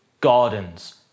gardens